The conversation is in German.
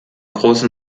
großen